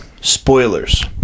spoilers